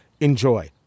enjoy